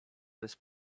bez